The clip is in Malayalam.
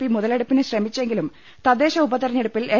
പി മുതലെടുപ്പിന് ശ്രമിച്ചെങ്കിലും തദ്ദേശ ഉപ തെരഞ്ഞെടുപ്പിൽ എൽ